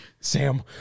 Sam